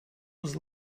was